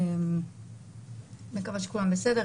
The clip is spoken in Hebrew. אני מקווה שכולם בסדר,